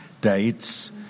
dates